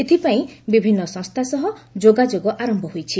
ଏଥିପାଇଁ ବିଭିନ୍ନ ସଂସ୍ଥା ସହ ଯୋଗାଯୋଗ ଆରମ୍ଭ ହୋଇଛି